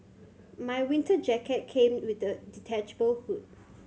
my winter jacket came with a detachable hood